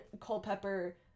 Culpepper